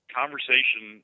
conversation